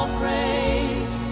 praise